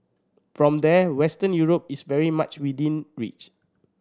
from there Western Europe is very much within reach